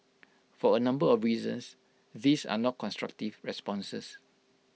for A number of reasons these are not constructive responses